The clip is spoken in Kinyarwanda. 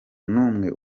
n’umwe